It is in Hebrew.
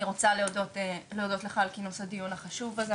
אני רוצה להודות לך על כינוס הדיון החשוב הזה,